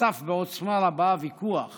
צף בעוצמה רבה הוויכוח